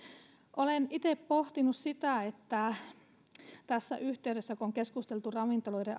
olen itse pohtinut tässä yhteydessä kun on keskusteltu ravintoloiden